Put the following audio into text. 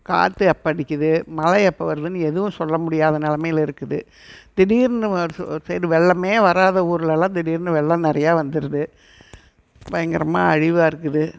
காற்று எப்போ அடிக்குது மழை எப்போ வருதுன்னு எதுவும் சொல்ல முடியாத நிலமையில இருக்குது திடீர்னு ஒரு ஒரு சைடு வெள்ளமே வராத ஊர்லலாம் திடீர்னு வெள்ளம் நிறையா வந்துடுது பயங்கரமாக அழிவாக இருக்குது